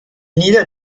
needed